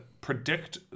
predict